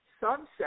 Sunset